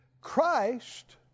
Christ